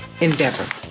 endeavor